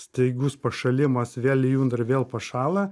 staigus pašalimas vėl lijundra vėl pašąla